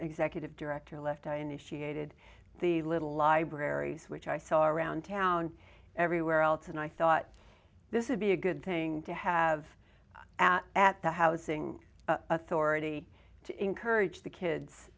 executive director left i initiated the little libraries which i saw around town everywhere else and i thought this would be a good thing to have at at the housing authority to encourage the kids